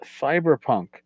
Cyberpunk